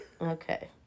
okay